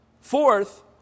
Fourth